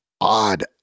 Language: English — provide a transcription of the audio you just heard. odd